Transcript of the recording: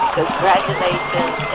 congratulations